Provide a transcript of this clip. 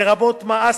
לרבות מע"שים,